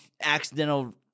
accidental